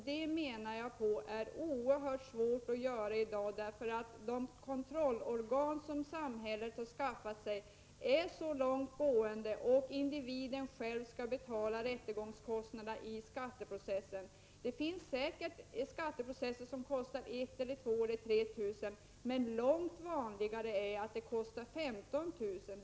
Jag menar att detta är oerhört svårt att göra i dag. De kontrollorgan som samhället har skaffat sig är mycket omfattande, och det är individen själv som skall betala rättegångskostnaderna i en skatteprocess. Det finns säkert skatteprocesser som kostar 1 000, 2 000 eller 3 000 kr. Men långt vanligare är att det kostar 15 000 kr.